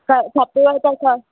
त खपेव त छा